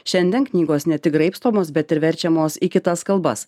šiandien knygos ne tik graibstomos bet ir verčiamos į kitas kalbas